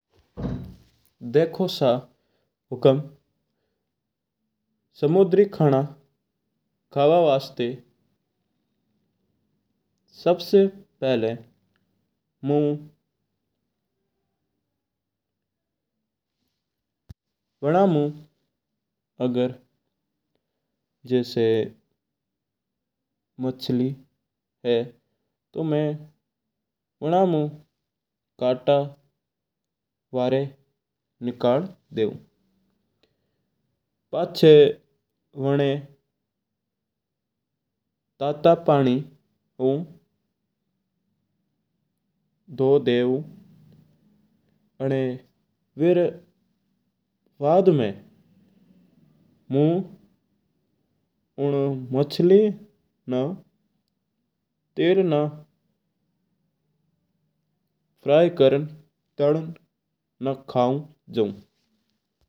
देखो सा हुकम समुद्री खाणा खावा वास्ता मूँ बना मूँ अगर जैसां माछली है तूं बणो माय कट्ठा बड़ा निकाल देवूं। पाछा वना तात्ता पानी सूं धो देवूं अणा बाद मां मूँ उन्न माछली न तलमां तलन खा जाउं।